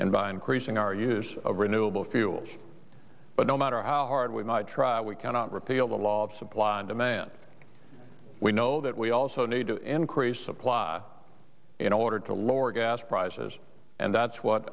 and by increasing our use of renewable fuels but no matter how hard we try we cannot repeal the law of supply and demand we know that we also need to increase supply in order to lower gas prices and that's what